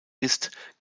ist